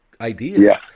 ideas